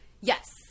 Yes